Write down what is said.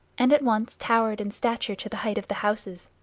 and at once towered in stature to the height of the houses.